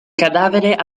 cadavere